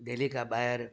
daily खां ॿाहिरि